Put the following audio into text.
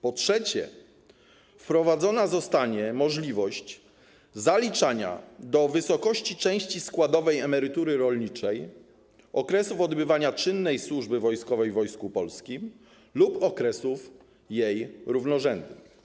Po trzecie, wprowadzona zostanie możliwość zaliczania do wysokości części składowej emerytury rolniczej okresów odbywania czynnej służby wojskowej w Wojsku Polskim lub okresów jej równorzędnych.